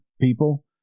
people